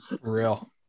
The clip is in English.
real